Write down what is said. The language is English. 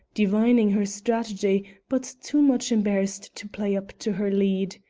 divining her strategy, but too much embarrassed to play up to her lead.